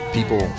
People